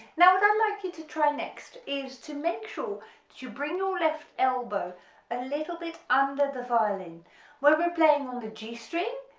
now, what i'd like you to try next is to make sure to bring your left elbow a little bit under the violin when we're playing on the g string,